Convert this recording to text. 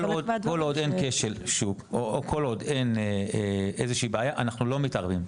כל עוד אין כשל או בעיה אנחנו לא מתערבים,